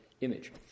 image